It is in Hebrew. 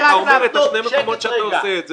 אז אתה אומר את שני המקומות שאתה עושה את זה.